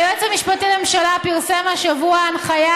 היועץ המשפטי לממשלה פרסם השבוע הנחיה,